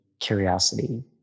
curiosity